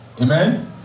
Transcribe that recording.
Amen